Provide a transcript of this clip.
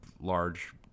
large